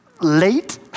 late